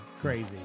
crazy